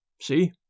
See